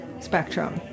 Spectrum